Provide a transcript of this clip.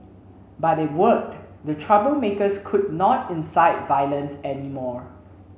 but it worked the troublemakers could not incite violence anymore